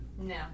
No